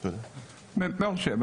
בבאר שבע,